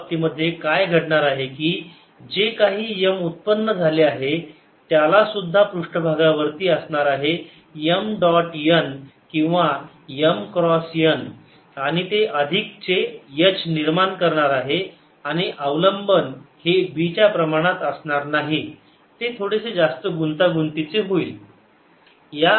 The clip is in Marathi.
या बाबतीमध्ये काय घडणार आहे की जे काही M उत्पन्न झाले आहे त्यालासुद्धा पृष्ठभागावरती असणार आहे M डॉट n किंवा M क्रॉस n आणि ते अधिक चे H निर्माण करणार आहे आणि अवलंबन हे B च्या प्रमाणात असणार नाही ते थोडेसे जास्त गुंतागुंतीचे होईल